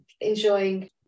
enjoying